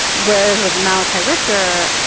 whereas with malachi ritscher,